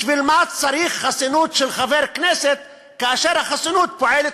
בשביל מה צריך חסינות של חבר כנסת כאשר החסינות פועלת